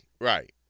right